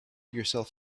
yourself